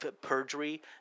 perjury